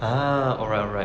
ah alright alright